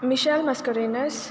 मिशाल Mascarenhas